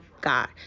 god